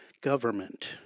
government